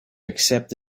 accept